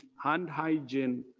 hand hygiene,